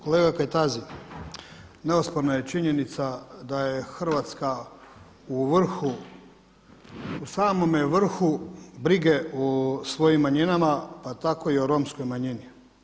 Kolega Kajtazi, neosporna je činjenica da je Hrvatska u vrhu, u samome vrhu brige o svojim manjinama, pa tako i o romskoj manjini.